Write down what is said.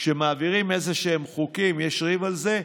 וכשמעבירים איזשהם חוקים יש ריב על זה,